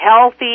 healthy